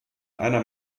einer